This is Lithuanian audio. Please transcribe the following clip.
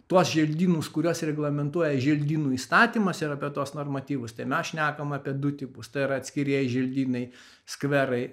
tuos želdynus kuriuos reglamentuoja želdynų įstatymas ir apie tuos normatyvus tai mes šnekam apie du tipus tai yra atskirieji želdynai skverai